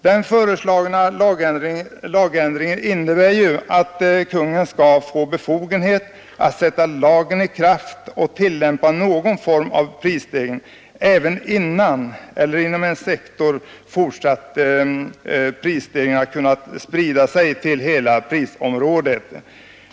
Den föreslagna lagändringen innebär ju att Kungl. Maj:t skall få befogenhet att sätta lagen i kraft och tillämpa någon form av prisreglering även innan en inom en sektor fortsatt prisstegring hunnit sprida sig till hela prisområdet.